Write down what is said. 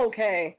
Okay